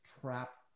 trapped